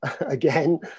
again